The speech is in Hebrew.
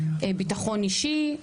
ביטחון אישי,